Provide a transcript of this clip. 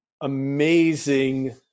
amazing